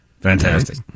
Fantastic